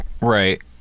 Right